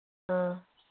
ꯑꯥ